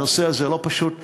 הנושא הזה לא פשוט.